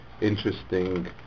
interesting